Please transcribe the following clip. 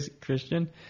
Christian